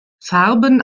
farben